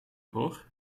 hoor